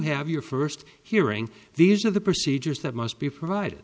have your first hearing these are the procedures that must be provide